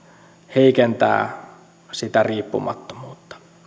heikentää sitä riippumattomuutta